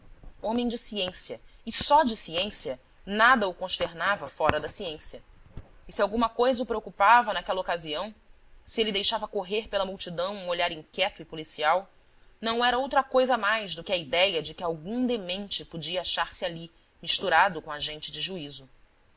homem de ciência e só de ciência nada o consternava fora da ciência e se alguma coisa o preocupava naquela ocasião se ele deixava correr pela multidão um olhar inquieto e policial não era outra coisa mais do que a idéia de que algum demente podia achar-se ali misturado com a gente de juízo